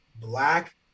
black